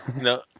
No